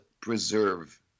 Preserve